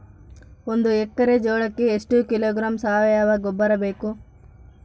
ಒಂದು ಎಕ್ಕರೆ ಜೋಳಕ್ಕೆ ಎಷ್ಟು ಕಿಲೋಗ್ರಾಂ ಸಾವಯುವ ಗೊಬ್ಬರ ಬೇಕು?